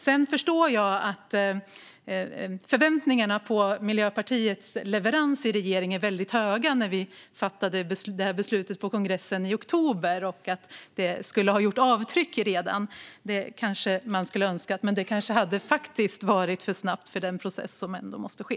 Sedan förstår jag att förväntningarna på Miljöpartiets leverans i regering var väldigt höga när det gäller att det beslut som vi fattade på kongressen i oktober redan skulle ha gjort avtryck. Det skulle man kanske ha önskat, men det hade faktiskt varit för snabbt för den process som ändå måste ske.